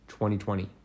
2020